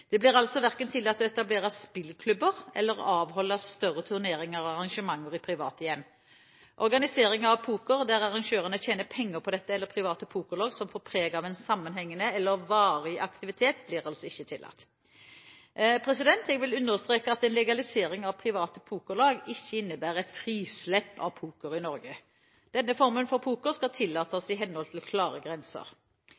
Det blir altså hverken tillatt å etablere spilleklubber eller å avholde større turneringer og arrangementer i private hjem. Organisering av poker der arrangørene tjener penger på dette, eller private pokerlag som får preg av en sammenhengende eller varig aktivitet, blir altså ikke tillatt. Jeg vil understreke at en legalisering av private pokerlag ikke innebærer et frislipp av poker i Norge. Denne formen for poker skal